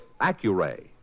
Accuray